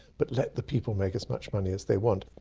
but let the people make as much money as they want.